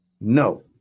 No